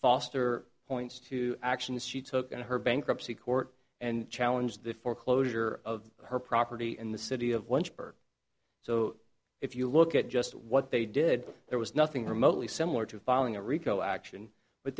foster points to actions she took in her bankruptcy court and challenge the foreclosure of her property and the city of one's birth so if you look at just what they did there was nothing remotely similar to filing a rico action but